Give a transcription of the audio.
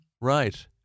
Right